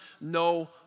no